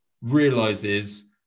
realizes